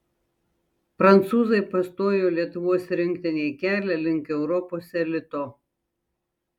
prancūzai pastojo lietuvos rinktinei kelią link europos elito